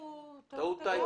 טעות.